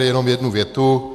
Jenom jednu větu.